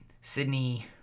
Sydney